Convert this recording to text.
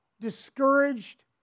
discouraged